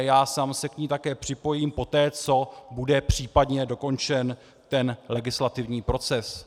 Já sám se k ní také připojím poté, co bude případně dokončen ten legislativní proces.